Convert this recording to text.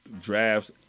drafts